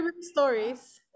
stories